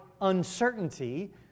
uncertainty